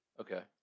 Okay